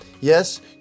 Yes